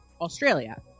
Australia